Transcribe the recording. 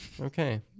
Okay